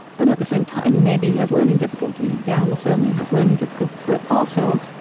but at the same time and maybe he has learning difficulties and yeah almost certainly has learning difficulties. but also,